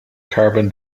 carbon